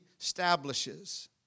establishes